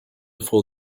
for